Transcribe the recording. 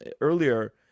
earlier